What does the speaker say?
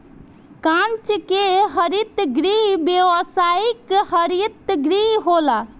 कांच के हरित गृह व्यावसायिक हरित गृह होला